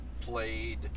played